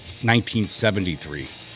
1973